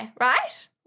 right